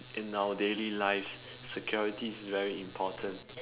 in our daily lives security is very important